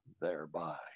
thereby